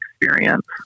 experience